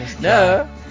No